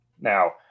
Now